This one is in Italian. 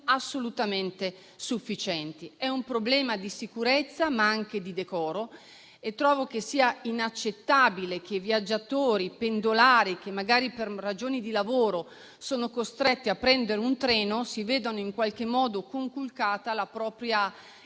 assolutamente sufficienti. C'è un problema di sicurezza, ma anche di decoro. Trovo inaccettabile che i viaggiatori e i pendolari, che magari per ragioni di lavoro sono costretti a prendere un treno, vedano in qualche modo conculcata la propria